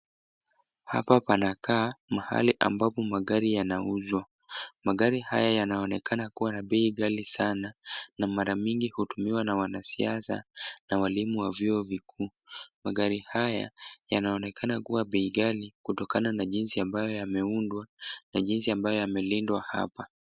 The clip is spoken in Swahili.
Hapa panakaa mahali ambapo magari yanauzwa. Magari haya yanaonekana kuwa na bei ghali sana na mara mingi hutumiwa na wanasiasa na walimu wa vyuo vikuu. Magari haya yanaonekana kuwa bei ghali kutokana na jinsi ambayo yameundwa na jinsi ambayo yamelindwa hapa.